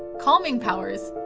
calming powers,